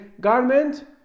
garment